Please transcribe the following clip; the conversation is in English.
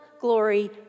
glory